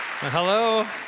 Hello